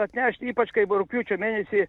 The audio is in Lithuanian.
atnešt ypač kai rugpjūčio mėnesį